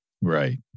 Right